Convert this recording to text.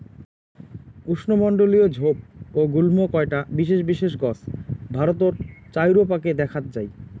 উষ্ণমণ্ডলীয় ঝোপ ও গুল্ম কয়টা বিশেষ বিশেষ গছ ভারতর চাইরোপাকে দ্যাখ্যাত যাই